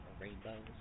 rainbows